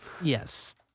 Yes